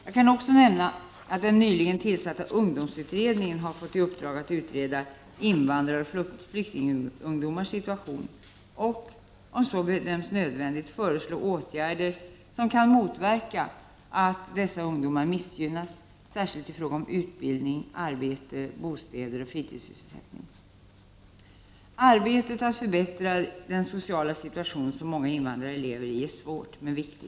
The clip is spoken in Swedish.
Jag kan också nämna att den nyligen tillsatta ungdomsutredningen har fått i uppdrag att utreda invandraroch flyktingungdomars situation och — om så bedöms nödvändigt — föreslå åtgärder som kan motverka att dessa ungdomar missgynnas, särskilt i fråga om utbildning, arbete, bostäder och fritidssysselsättning. Arbetet att förbättra den sociala situation som många invandrare lever i är svårt men viktigt.